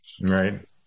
Right